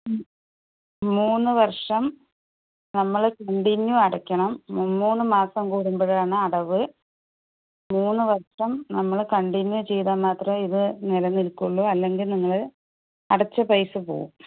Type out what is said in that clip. മൂന്ന് വർഷം നമ്മള് കണ്ടിന്യൂ അടക്കണം മുമൂന്ന് മാസം കൂടുമ്പോഴാണ് അടവ് മൂന്ന് വർഷം നമ്മള് കണ്ടിന്യൂ ചെയ്താൽ മാത്രമേ ഇത് നില നിൽക്കൊള്ളൂ അല്ലെങ്കിൽ നിങ്ങള് അടച്ച പൈസ പോകും